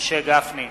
משה גפני,